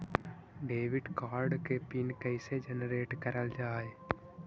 Debit card के PIN कैसे generate करल जाहै?